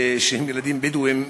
שהם ילדים בדואים,